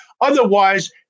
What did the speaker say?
Otherwise